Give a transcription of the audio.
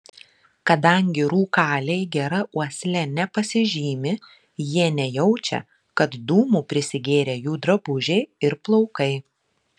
kadangi rūkaliai gera uosle nepasižymi jie nejaučia kad dūmų prisigėrę jų drabužiai ir plaukai